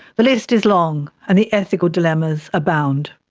the list is long and the ethical dilemmas abound.